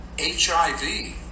HIV